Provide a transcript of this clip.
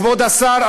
כבוד השר,